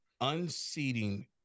unseating